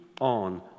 on